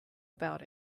about